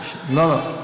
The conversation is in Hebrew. לא סותרים.